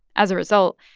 as a result,